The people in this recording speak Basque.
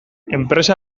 enpresa